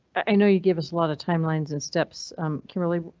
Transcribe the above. i know you gave us a lot of timelines and steps kimberly.